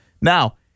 Now